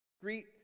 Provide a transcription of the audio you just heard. Greet